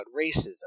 racism